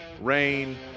rain